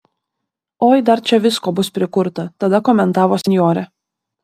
oi dar čia visko bus prikurta tada komentavo senjorė